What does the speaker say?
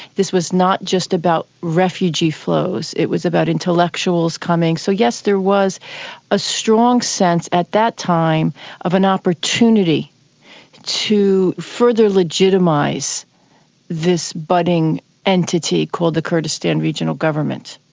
this was not just about refugee flows, it was about intellectuals coming. so yes, there was a strong sense at that time of an opportunity to further legitimise this budding entity called the kurdistan regional government.